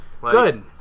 Good